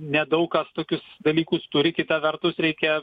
nedaug kas tokius dalykus turi kita vertus reikia